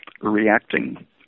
reacting